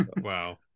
Wow